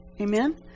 Amen